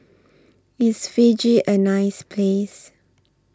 IS Fiji A nice Place